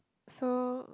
so